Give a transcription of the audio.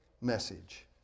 message